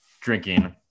drinking